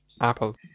Apple